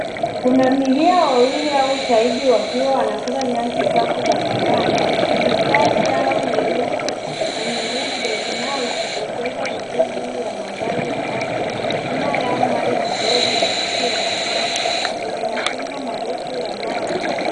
Pundamilia wawili au zaidi wakiwa wanakula nyasi kavu za savana. Mistari ya nyeusi na nyeupe inayojitokeza vizuri juu ya madhari ya asili. Nyuma yao mbali kidogo kuna jiji la kisasa yenye majengo marefu yanayochomoka.